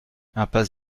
impasse